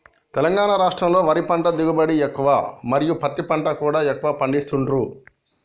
తెలంగాణ రాష్టంలో వరి పంట దిగుబడి ఎక్కువ మరియు పత్తి పంట కూడా ఎక్కువ పండిస్తాండ్లు